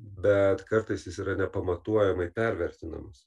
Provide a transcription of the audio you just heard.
bet kartais jis yra nepamatuojamai pervertinamas